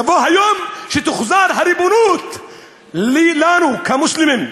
יבוא היום שתוחזר הריבונות לנו, כמוסלמים.